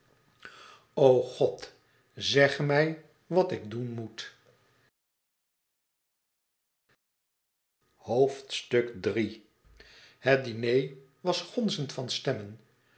god zeg mij wat ik doen moet het diner was gonzend van stemmen